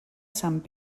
sant